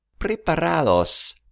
Preparados